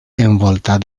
envoltat